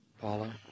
Paula